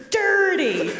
dirty